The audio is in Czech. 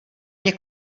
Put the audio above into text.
mne